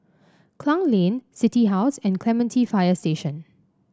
Klang Lane City House and Clementi Fire Station